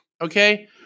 Okay